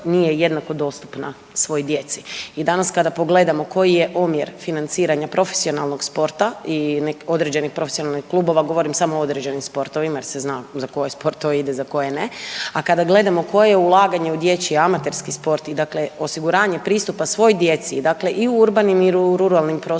nije jednako dostupna svoj djeci. I danas kada pogledamo koji je omjer financiranja profesionalnog sporta i određenih profesionalnih klubova govorim samo o određenim sportovima jer se zna za koje sportove ide za koje ne, a kada gledamo koje je ulaganje u dječji amaterski sport i dakle osiguranje pristupa svoj djeci dakle i u urbanim i ruralnim prostorima